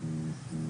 (שיבוש בקו שיחה